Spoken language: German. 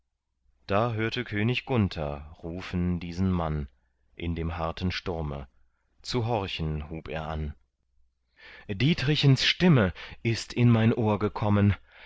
da hörte könig gunther rufen diesen mann in dem harten sturme zu horchen hub er an dietrichens stimme ist in mein ohr gekommen